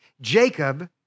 Jacob